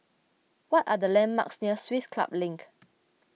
what are the landmarks near Swiss Club Link